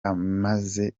amaze